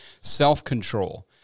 self-control